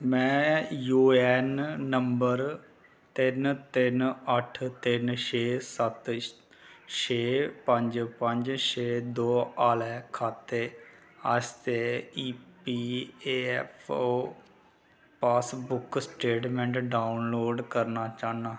में U N number तिन्न तिन्न अट्ठ तिन्न छे सत्त छे पंज पंज छे दो आह्ले खाते आस्तै E P A F O passbook statement download करना चाह्न्नां